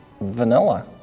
vanilla